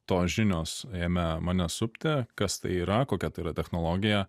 tos žinios ėmė mane supti kas tai yra kokia tai yra technologija